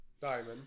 Diamond